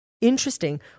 Interesting